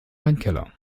weinkeller